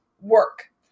work